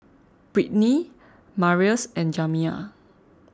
Britney Marius and Jamiya